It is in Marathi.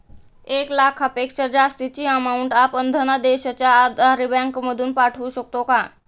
एक लाखापेक्षा जास्तची अमाउंट आपण धनादेशच्या आधारे बँक मधून पाठवू शकतो का?